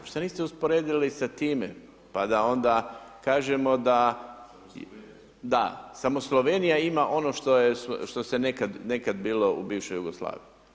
Šta niste usporedili sa time, pa da onda kažemo da, da samo Slovenija ima ono što se nekad bilo u bivšoj Jugoslaviji.